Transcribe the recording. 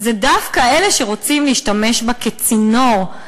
זה דווקא אלה שרוצים להשתמש בה כצינור,